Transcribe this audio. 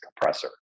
compressor